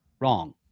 wrong